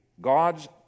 God's